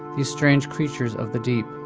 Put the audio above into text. these strange creatures of the deep,